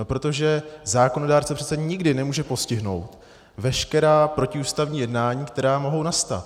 Protože zákonodárce přece nikdy nemůže postihnout veškerá protiústavní jednáním, která mohou nastat.